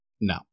No